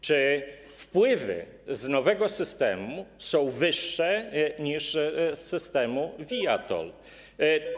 Czy wpływy z nowego systemu są wyższe niż z systemu via-TOLL?